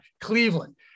Cleveland